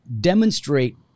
demonstrate